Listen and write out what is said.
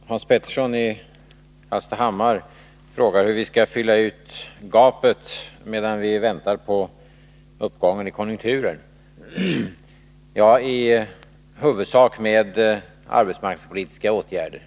Herr talman! Hans Petersson i Hallstahammar frågade hur vi skall fylla ut gapet, medan vi väntar på uppgången i konjunkturen. Det skall ske i huvudsak med arbetsmarknadspolitiska åtgärder.